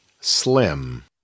Slim